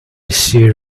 see